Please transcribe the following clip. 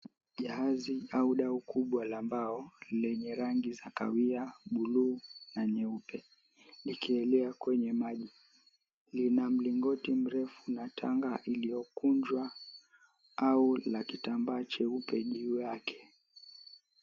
Jahazi au dau kubwa la mbao lenye rangi za kahawia, buluu na nyeupe likielea kwenye maji lina Mlingoti mrefu na tanga iliyokunjwa na kitamba cheupe juu yake.